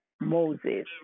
Moses